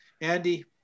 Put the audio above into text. Andy